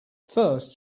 first